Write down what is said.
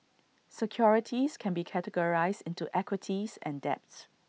securities can be categorized into equities and debts